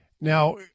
Now